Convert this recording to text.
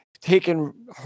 taken